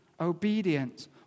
obedience